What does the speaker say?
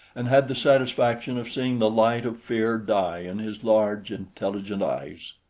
and had the satisfaction of seeing the light of fear die in his large, intelligent eyes.